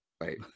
Right